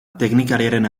teknikariaren